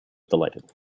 delighted